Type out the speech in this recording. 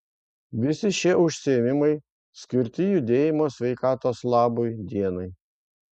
visi šie užsiėmimai skirti judėjimo sveikatos labui dienai